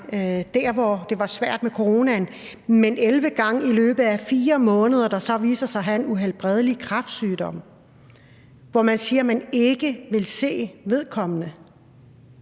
det, da det var svært i forhold til coronaen, men 11 gange i løbet af fire måneder, og det så viser sig at være en uhelbredelig kræftsygdom, hvor man siger, man ikke ville se vedkommende.